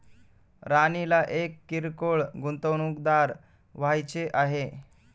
राणीला एक किरकोळ गुंतवणूकदार व्हायचे आहे